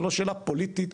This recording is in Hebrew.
זה לא שאלה פוליטית,